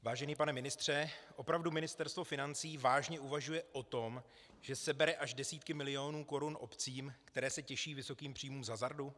Vážený pane ministře, opravdu Ministerstvo financí vážně uvažuje o tom, že sebere až desítky milionů korun obcím, které se těší vysokým příjmům z hazardu?